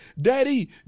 daddy